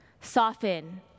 soften